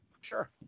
Sure